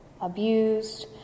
abused